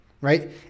right